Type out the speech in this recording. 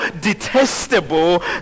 detestable